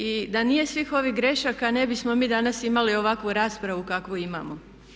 I da nije svih ovih grešaka ne bismo mi danas imali ovakvu raspravu kakvu imamo.